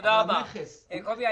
מדובר פה על הכנסה גבוהה